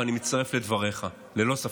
ואני מצטרף לדבריך, ללא ספק.